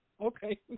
Okay